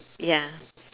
ya